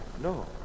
No